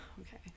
Okay